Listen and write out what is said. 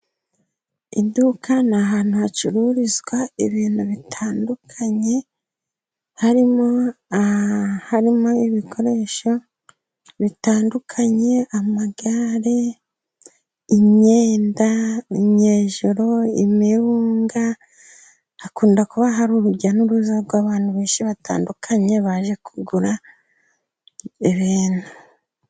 Iduka ni ahantu hacururizwa ibintu bitandukanye, harimo ibikoresho bitandukanye, amagare, imyenda, inyejoro, imirunga. Hakunda kuba hari urujya n’uruza rw’abantu benshi batandukanye baje kugura ibintu.